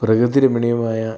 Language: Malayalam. പ്രകൃതി രമണീയമായ